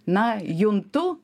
na juntu